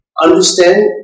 understand